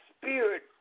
spirit